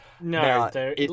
No